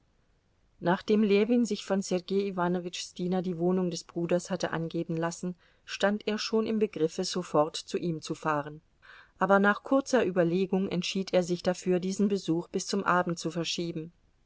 nachdem ljewin sich von sergei iwanowitschs diener die wohnung des bruders hatte angeben lassen stand er schon im begriffe sofort zu ihm zu fahren aber nach kurzer überlegung entschied er sich dafür diesen besuch bis zum abend zu verschieben